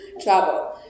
travel